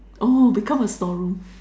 oh become a storeroom